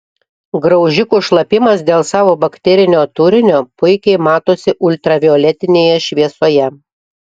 graužikų šlapimas dėl savo bakterinio turinio puikiai matosi ultravioletinėje šviesoje